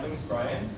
is brian.